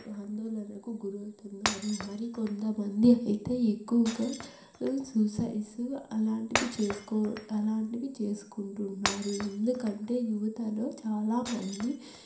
ఆందోళనకు గురవుతున్నారు మరి కొందమంది అయితే ఎక్కువగా సుసైసు అలాంటివి చేసుకో అలాంటివి చేసుకుంటున్నారు ఎందుకంటే యువతలో చాలా మంది